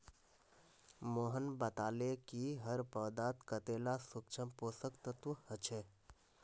मोहन बताले कि हर पौधात कतेला सूक्ष्म पोषक तत्व ह छे